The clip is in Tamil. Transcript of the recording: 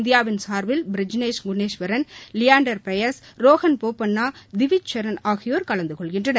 இந்தியாவின் சா்பில் பிரஜ்னேஷ் குணேஸ்வரன் லியாண்டர் பெயஸ் ரோஹன் போப்பண்ணா டிவிக்ச் சரண் ஆகியோர் கலந்து கொள்கின்றனர்